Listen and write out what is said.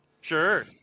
Sure